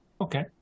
Okay